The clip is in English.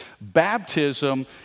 Baptism